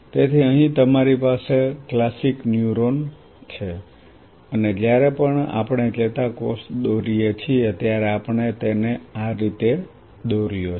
તેથી અહીં તમારી પાસે ક્લાસિક ન્યુરોન છે અને જ્યારે પણ આપણે ચેતાકોષ દોરીએ છીએ ત્યારે આપણે તેને આ રીતે દોર્યા છે